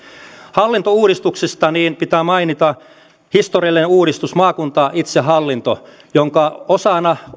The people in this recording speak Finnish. hallintouudistuksista pitää mainita historiallinen uudistus maakuntaitsehallinto jonka osana